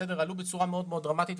זה דרמטי.